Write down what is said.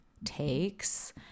takes